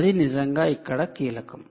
అది నిజంగా ఇక్కడ కీలకం